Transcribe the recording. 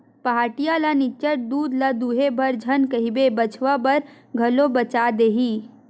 पहाटिया ल निच्चट दूद ल दूहे बर झन कहिबे बछवा बर घलो बचा देही